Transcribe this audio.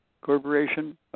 corporation